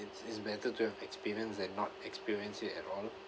it's it's better to have experience than not experience it at all